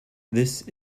this